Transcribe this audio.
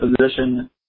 position